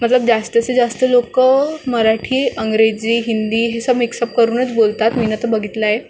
मतलब जास्तचे जास्त लोकं मराठी इंग्रजी हिंदी हे सब मिक्सअप करूनच बोलतात मी तर बघितलं आहे